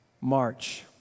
March